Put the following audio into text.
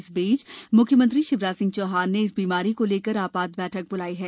इस बीचए म्ख्यमंत्री शिवराज सिंह चौहान ने इस बीमारी को लेकर आपात बैठक ब्लाई है